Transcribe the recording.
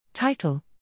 Title